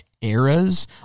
eras